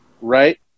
Right